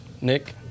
nick